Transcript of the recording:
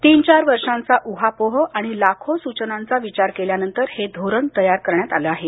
तीन चार वर्षांचा ऊहापोह आणि लाखो सूचनांचा विचार केल्यानंतर हे धोरण तयार करण्यात आलं आहे